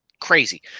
crazy